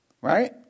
right